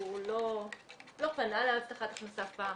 הוא לא פנה להבטחת הכנסה אף פעם,